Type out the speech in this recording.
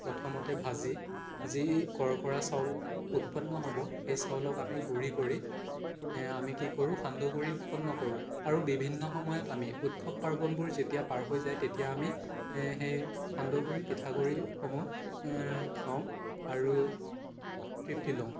প্ৰথমতে ভাজি যি কৰ্কৰা চাউল উৎপন্ন হ'ব সেই চাউলক আমি গুড়ি কৰি আমি কি কৰোঁ সান্দহগুড়ি উৎপন্ন কৰোঁ আৰু বিভিন্ন সময়ত আমি উৎসৱ পাৰ্বণবোৰ যেতিয়া পাৰ হৈ যায় তেতিয়া আমি সেই সান্দহগুড়ি পিঠাগুড়িসমূহ খাওঁ আৰু তৃপ্তি লওঁ